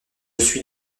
suis